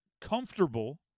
comfortable